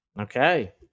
Okay